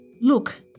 Look